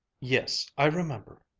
yes, i remember.